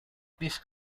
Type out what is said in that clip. this